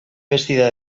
vestida